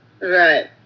Right